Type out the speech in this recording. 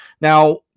Now